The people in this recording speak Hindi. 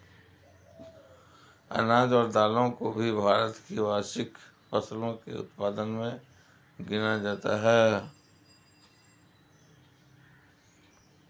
अनाज और दालों को भी भारत की वार्षिक फसलों के उत्पादन मे गिना जाता है